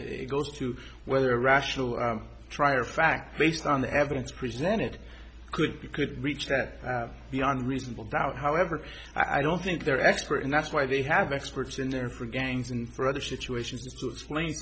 it goes to whether a rational trier of fact based on the evidence presented could be could reach that the on reasonable doubt however i don't think their expert and that's why they have experts in there for gangs and for other situations to explain